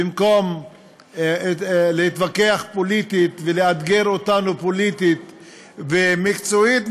במקום להתווכח פוליטית ולאתגר אותנו פוליטית ומקצועית,